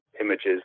images